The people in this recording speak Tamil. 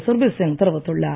சுர்பிர் சிங் தெரிவித்துள்ளார்